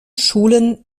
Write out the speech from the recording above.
schulen